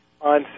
On